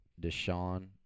Deshaun